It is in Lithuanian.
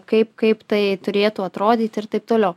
kaip kaip tai turėtų atrodyti ir taip toliau